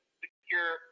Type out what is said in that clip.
secure